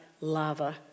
lava